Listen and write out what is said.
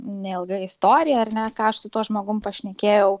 neilga istorija ar ne ką aš su tuo žmogum pašnekėjau